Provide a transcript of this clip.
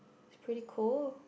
pretty cool